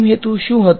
વિદ્યાર્થી ઈંટેગ્રેટ